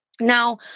Now